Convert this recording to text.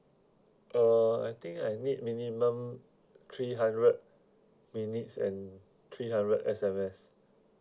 uh I think I need minimum three hundred minutes and three hundred S_M_S